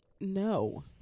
No